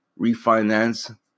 refinance